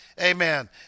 amen